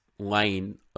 lane